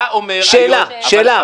אתה אומר היום --- שאלה, שאלה.